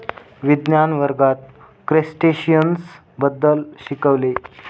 विज्ञान वर्गात क्रस्टेशियन्स बद्दल शिकविले